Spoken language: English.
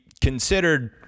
considered